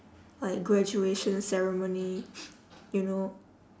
like graduation ceremony you know